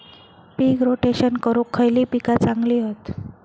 पीक रोटेशन करूक खयली पीका चांगली हत?